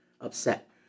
upset